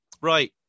Right